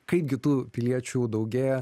kaip gi tų piliečių daugėja